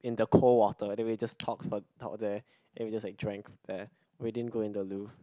in the cold water then we just talk for talk there then we just drank there we din go in the Louvre